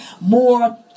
more